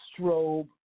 strobe